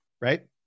right